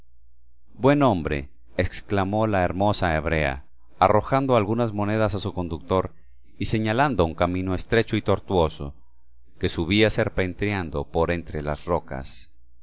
buen hombre exclamó la hermosa hebrea arrojando algunas monedas a su conductor y señalando un camino estrecho y tortuoso que subía serpenteando por entre las rocas